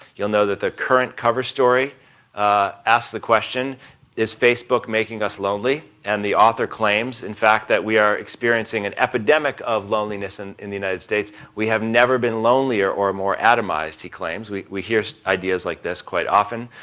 you'll know that their current cover story asks the question is facebook making us lonely and the author claims that, in fact, we are experiencing an epidemic of loneliness and in the united states. we have never been lonelier or more atomized he claims. we we hear ideas like this quite often.